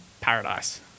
paradise